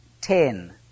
ten